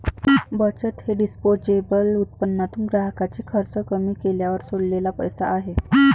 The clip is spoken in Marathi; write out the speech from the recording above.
बचत हे डिस्पोजेबल उत्पन्नातून ग्राहकाचे खर्च कमी केल्यावर सोडलेला पैसा आहे